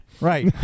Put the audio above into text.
right